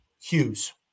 Hughes